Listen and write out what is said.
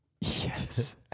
Yes